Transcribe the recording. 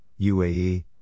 UAE